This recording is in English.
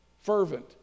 fervent